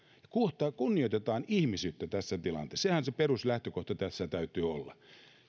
kunnioitetaan ihmisyyttä tässä tilanteessa sehän sen peruslähtökohdan tässä täytyy olla